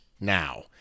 now